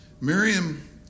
Miriam